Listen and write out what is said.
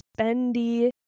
spendy